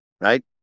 Right